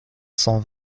cent